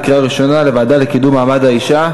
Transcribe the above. לקריאה ראשונה לוועדה לקידום מעמד האישה.